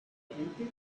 diferentes